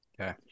Okay